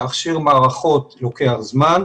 להכשיר מערכות לוקח זמן,